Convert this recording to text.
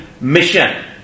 mission